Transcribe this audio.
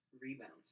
rebounds